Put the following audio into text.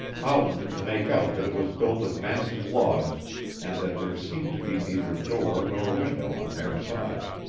howland could make out that it was built of massive logs and that there seemed to be neither door nor window on their side.